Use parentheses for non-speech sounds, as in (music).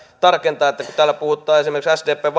tarkentaa että kun täällä puhutaan esimerkiksi sdpn (unintelligible)